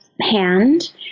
hand